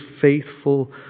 faithful